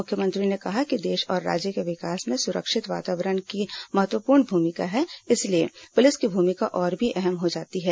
मुख्यमंत्री ने कहा कि देश और राज्य के विकास में सुरक्षित वातावरण की महत्वपूर्ण भूमिका है इसलिए पुलिस की भूमिका और भी अहम हो जाती है